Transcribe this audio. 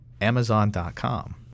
amazon.com